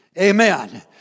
Amen